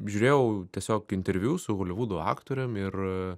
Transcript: žiūrėjau tiesiog interviu su holivudo aktorium ir